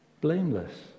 blameless